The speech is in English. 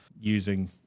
using